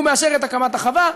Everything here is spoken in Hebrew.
הוא מאשר את הקמת החווה,